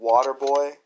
Waterboy